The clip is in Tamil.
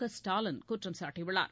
கஸ்டாலின் குற்றம் சாட்டியுள்ளார்